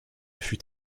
fut